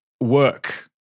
work